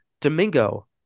Domingo